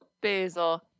basil